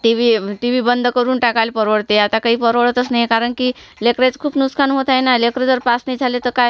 T V T V बंद करून टाकायला परवडते आता काही परवडतच नाही कारण की लेकरांचं खूप नुकसान होत आहे ना लेकरं जर पास नाही झाले तर काय